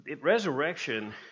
resurrection